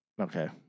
Okay